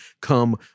come